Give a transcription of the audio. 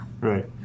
Right